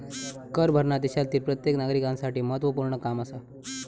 कर भरना देशातील प्रत्येक नागरिकांसाठी महत्वपूर्ण काम आसा